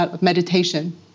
meditation